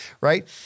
right